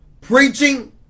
Preaching